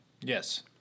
Yes